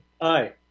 Aye